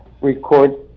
record